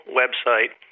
website